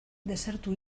desertu